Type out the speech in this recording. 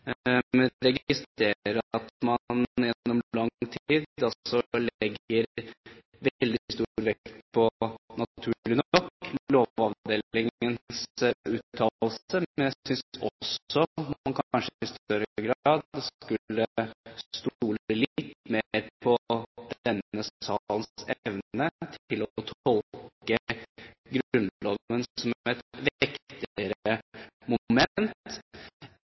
registrerer at man gjennom lang tid har lagt veldig stor vekt på, naturlig nok, Lovavdelingens uttalelse, men jeg synes også man kanskje i større grad skulle stole litt mer på denne salens evne til å tolke Grunnloven, som et vektigere moment